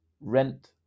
rent